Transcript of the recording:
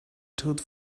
tooth